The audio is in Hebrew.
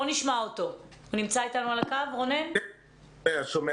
רונן, בבקשה.